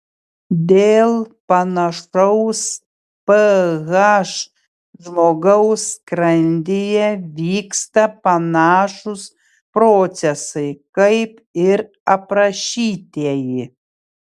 dėl panašaus ph žmogaus skrandyje vyksta panašūs procesai kaip ir aprašytieji